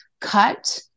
cut